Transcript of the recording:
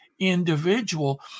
individual